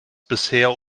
bisher